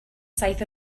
saith